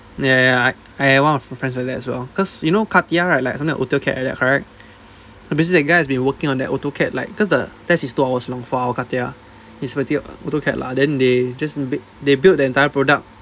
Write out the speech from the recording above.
ya ya ya I I have one of my friends like that as well cause you know cartier right like something like autocad like that correct so basically that guy's been working on their autocad like cause the test is two hours long for our cartier is w~ autocad lah then they just they built the entire product